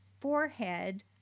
forehead